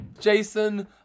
Jason